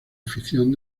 afición